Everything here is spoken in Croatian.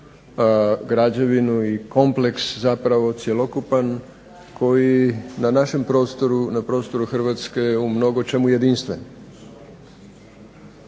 građevinu i kompleks zapravo cjelokupan koji na našem prostoru, na prostoru Hrvatske u mnogočemu jedinstven.